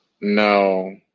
No